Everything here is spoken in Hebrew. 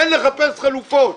אין לחפש חלופות.